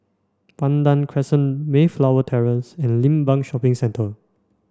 Pandan Crescent Mayflower Terrace and Limbang Shopping Centre